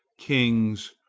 kings,